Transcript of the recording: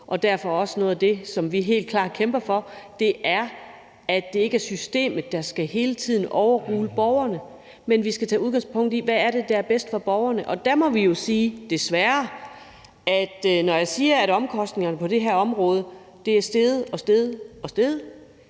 Derfor er noget af det, som vi helt klart kæmper for, også, at det ikke er systemet, der hele tiden skal overrule borgerne, men at vi skal tage udgangspunkt i, hvad der er bedst for borgerne. Der må vi jo desværre sige, at når jeg siger, at omkostningerne på det her område er steget og steget, og vi